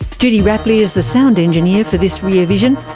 ah judy rapley is the sound engineer for this rear vision.